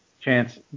chance